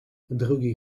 drugi